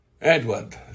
Edward